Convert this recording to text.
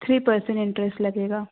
three percent interest लगेगा